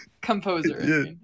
composer